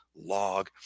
log